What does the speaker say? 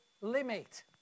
limit